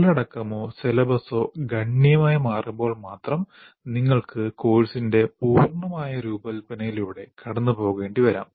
ഉള്ളടക്കമോ സിലബസോ ഗണ്യമായി മാറുമ്പോൾ മാത്രം നിങ്ങൾക്ക് കോഴ്സിന്റെ പൂർണ്ണമായ പുനർരൂപകൽപ്പനയിലൂടെ കടന്നുപോകേണ്ടിവരാം